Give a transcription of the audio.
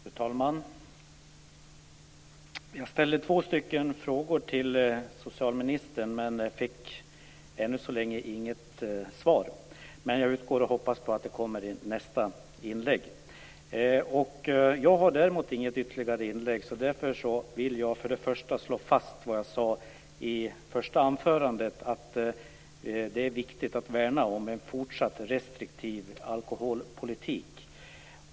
Fru talman! Jag ställde två frågor till socialministern men fick än så länge inget svar. Jag hoppas att det kommer i hans nästa inlägg. Jag har däremot inga ytterligare inlägg. Därför vill jag slå fast vad jag sade i första anförandet, att det är viktigt att värna en fortsatt restriktiv alkoholpolitik.